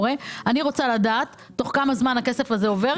אני רוצה לדעת תוך כמה זמן הכסף הזה עובר,